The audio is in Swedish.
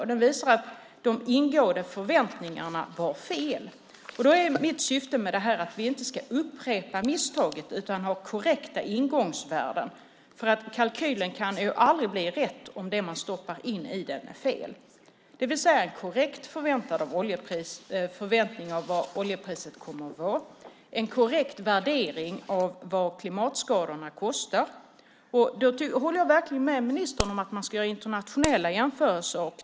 Det visar att de ingående förväntningarna var fel. Då är mitt syfte med det här att vi inte ska upprepa misstaget utan ha korrekta ingångsvärden. Kalkylen kan ju aldrig bli rätt om det man stoppar in i den är fel. Det handlar om en korrekt förväntning av vad oljepriset kommer att vara och en korrekt värdering av vad klimatskadorna kostar. Jag håller verkligen med ministern om att man ska göra internationella jämförelser.